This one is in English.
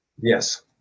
Yes